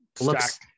looks